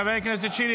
חבר הכנסת שירי,